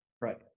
Right